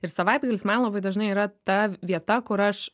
ir savaitgalis man labai dažnai yra ta vieta kur aš